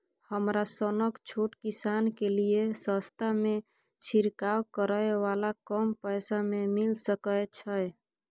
हमरा सनक छोट किसान के लिए सस्ता में छिरकाव करै वाला कम पैसा में मिल सकै छै?